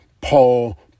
Paul